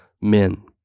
men